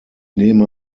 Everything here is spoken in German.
nehme